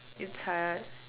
it's hard